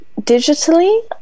Digitally